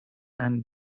and